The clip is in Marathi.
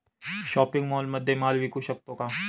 शॉपिंग मॉलमध्ये माल विकू शकतो का?